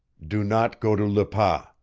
do not go to le pas.